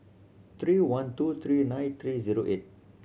three one two three nine three zero eight